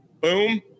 boom